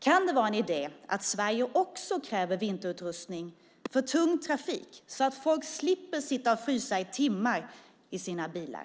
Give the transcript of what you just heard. Kan det vara en idé att Sverige också kräver vinterutrustning för tung trafik, så att folk slipper sitta och frysa i timmar i sina bilar?